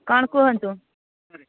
କ'ଣ କୁହନ୍ତୁ